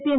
P M